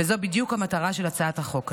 וזאת בדיוק המטרה של הצעת החוק הזאת.